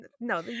no